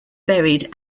buried